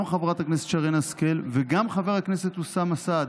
גם חברת הכנסת שרן השכל וגם חבר הכנסת אוסאמה סעדי,